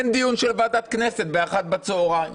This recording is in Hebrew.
אין דיון של ועדת כנסת ב-13:00 בצוהריים.